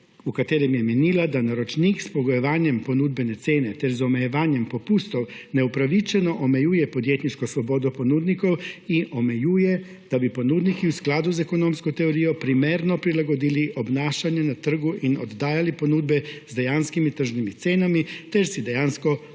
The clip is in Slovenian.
v katerem je menila, da »naročnik s pogojevanjem ponudbene cene ter z omejevanjem popustov neupravičeno omejuje podjetniško svobodo ponudnikov in omejuje, da bi ponudniki v skladu z ekonomsko teorijo primerno prilagodili obnašanje na trgu in oddajali ponudbe z dejanskimi tržnimi cenami ter si dejansko konkurirali.